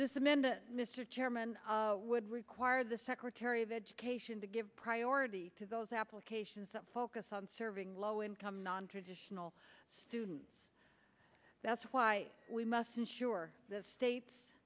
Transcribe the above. this amanda mr chairman would require the secretary of education to give priority to those applications that focus on serving low income nontraditional students that's why we must ensure the state